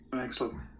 excellent